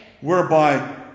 whereby